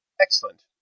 Excellent